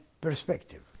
perspective